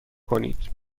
کنید